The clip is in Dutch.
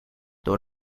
door